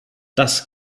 das